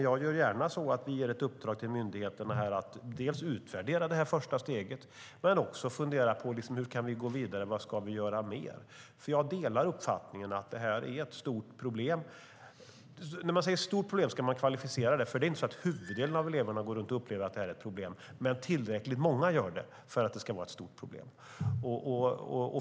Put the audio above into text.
Jag ger gärna ett uppdrag till myndigheterna att utvärdera det första steget. Men vi kan också fundera på: Hur ska vi gå vidare, och vad ska vi göra mer? Jag delar uppfattningen att det är ett stort problem. När man säger stort problem ska man kvalificera det. Det är inte så att huvuddelen av eleverna upplever att det är ett problem. Men tillräckligt många gör det för att det ska vara ett stort problem.